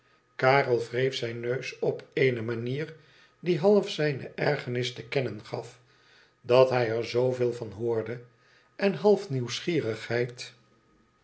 karel wreef zijn neus op eene manier die half zijne ergernis te kennen gaf dat hij er zooveel van hoorde en half nieuwsgierigheid